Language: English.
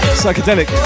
psychedelic